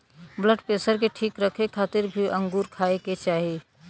blood pressure के ठीक रखे खातिर भी अंगूर खाए के चाही